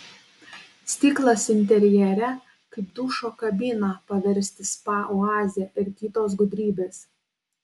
stiklas interjere kaip dušo kabiną paversti spa oaze ir kitos gudrybės